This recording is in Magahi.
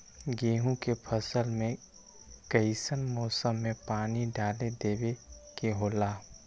गेहूं के फसल में कइसन मौसम में पानी डालें देबे के होला?